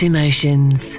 Emotions